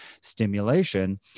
stimulation